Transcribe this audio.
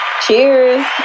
Cheers